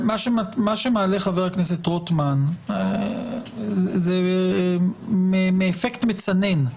מה שמעלה חבר הכנסת רוטמן זה אפקט מצנן,